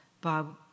Bob